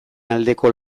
aldeko